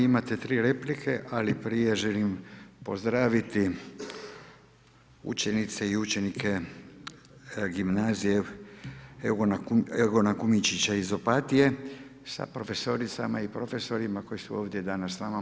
Imate tri replike, ali prije želim pozdraviti učenice i učenike gimnazije Eugena Kumičića iz Opatije sa profesoricama i profesorima koji su ovdje danas s nama.